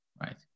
Right